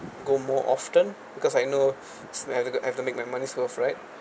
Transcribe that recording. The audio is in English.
go more often because I know it's like I've to make my money's worth right